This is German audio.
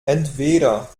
entweder